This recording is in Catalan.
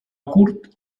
curt